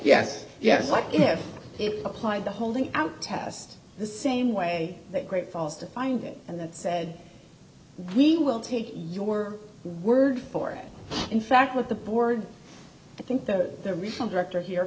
yes yes like if it applied the holding out test the same way that great falls to find it and that said we will take your word for it in fact with the board i think that the regional director here